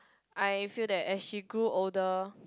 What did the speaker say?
I feel that as she grew older